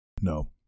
No